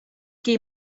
qui